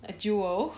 like jewel